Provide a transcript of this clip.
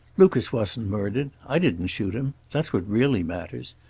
lucas wasn't murdered. i didn't shoot him. that's what really matters.